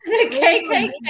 KKK